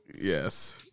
Yes